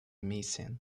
missing